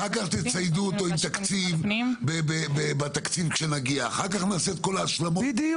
אחר כך תציידו אותו עם תקציב ואחר כך נעשה את כל ההשלמות הפרקטיות,